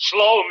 Slow